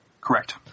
Correct